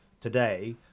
today